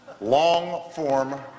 long-form